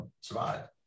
survive